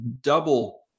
double